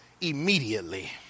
immediately